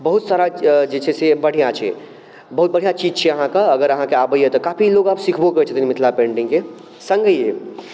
बहुत सारा जे छै से बढ़िआँ छै बहुत बढ़िआँ चीज छै अहाँके अगर अहाँके आबैए तऽ काफी लोक आब सिखबो करै छथिन मिथिला पेन्टिङ्गके सङ्गहि